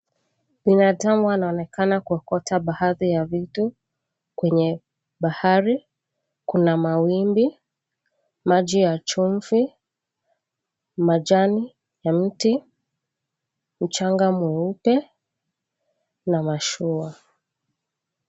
Binadamu wanaonekana kuokota baadhi ya vitu kwenye bahari, kuna mawimbi, maji ya chumvi, majani ya mti, mchanga mweupe na mashua.